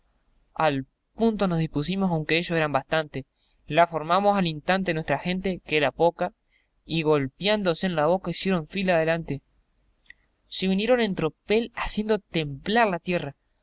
al punto nos dispusimos aunque ellos eran bastantes la formamos al instante nuestra gente que era poca y golpiándose en la boca hicieron fila adelante se vinieron en tropel haciendo temblar la tierra